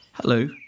Hello